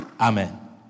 Amen